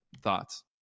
thoughts